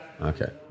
okay